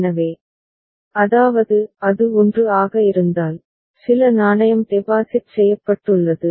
எனவே அதாவது அது 1 ஆக இருந்தால் சில நாணயம் டெபாசிட் செய்யப்பட்டுள்ளது